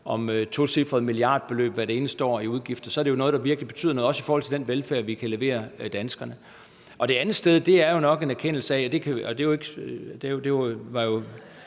om tocifrede milliardbeløb hvert eneste år i udgifter, er det jo noget, der virkelig betyder noget, også for den velfærd, vi kan levere til danskerne. Den anden ting er jo nok en erkendelse af – vi stemte jo